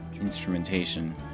instrumentation